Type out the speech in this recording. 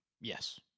yes